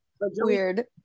Weird